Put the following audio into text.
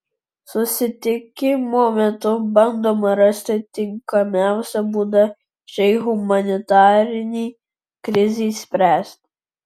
susitikimo metu bandoma rasti tinkamiausią būdą šiai humanitarinei krizei spręsti